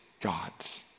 God's